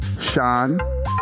sean